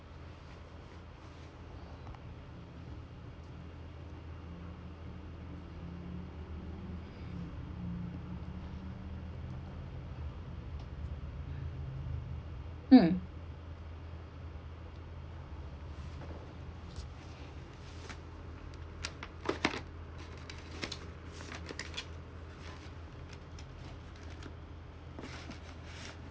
mm